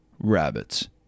Rabbits